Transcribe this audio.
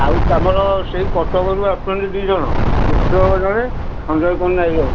ଆଉ ତମର ସେଇ କଟକରୁ ଆସୁଛନ୍ତି ଦୁଇ ଜଣ ମିଶ୍ରବାବୁ ଜଣେ ସଞ୍ଜୟ କୁମାର ନାଏକ ଜଣେ